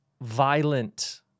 violent